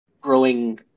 growing